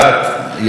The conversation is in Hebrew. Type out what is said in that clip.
יעל,